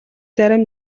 зарим